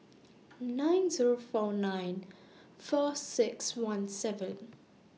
nine Zero four nine four six one seven